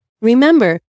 Remember